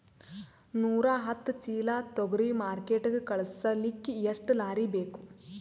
ನೂರಾಹತ್ತ ಚೀಲಾ ತೊಗರಿ ಮಾರ್ಕಿಟಿಗ ಕಳಸಲಿಕ್ಕಿ ಎಷ್ಟ ಲಾರಿ ಬೇಕು?